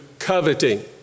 coveting